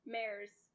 Mare's